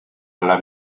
alla